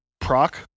Proc